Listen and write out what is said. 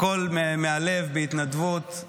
הכול מהלב, בהתנדבות.